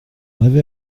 avait